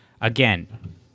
again